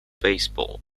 baseball